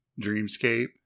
Dreamscape